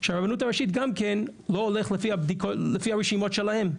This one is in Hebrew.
שהרבנות הראשית גם כן לא הולכת לפי הרשימות שלהם.